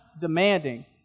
demanding